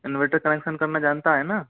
inverter connection करना जानता है न